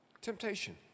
Temptation